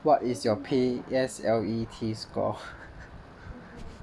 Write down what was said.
what is your P_S_L_E T score